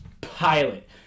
pilot